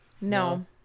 No